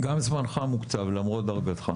גם זמנך מוקצב למרות דרגתך.